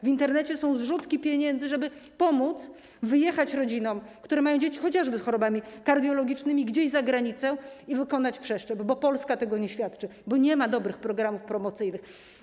W Internecie są zrzutki pieniędzy, żeby pomóc wyjechać rodzinom, które mają dzieci chociażby z chorobami kardiologicznymi, gdzieś za granicę i wykonać przeszczep, bo Polska tego nie świadczy, bo nie ma dobrych programów promocyjnych.